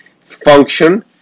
function